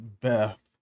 Beth